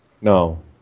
No